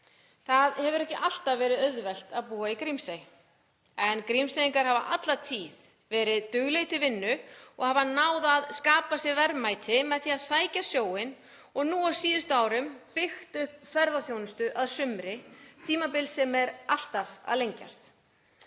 Það hefur ekki alltaf verið auðvelt að búa í Grímsey en Grímseyingar hafa alla tíð verið duglegir til vinnu og hafa náð að skapa sér verðmæti með því að sækja sjóinn og nú á síðustu árum byggt upp ferðaþjónustu að sumri, sem er tímabil sem er alltaf að lengjast.